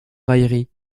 railleries